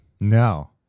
No